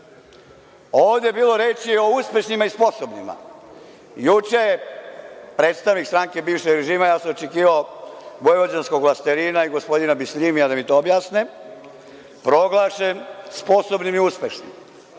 Ovde je bilo reči o uspešnima i sposobnima. Juče je predstavnik stranke bivšeg režima, ja sam očekivao vojvođanskog vlastelina i gospodina bisenimija da mi to objasne, proglašen sposobnim i uspešnim.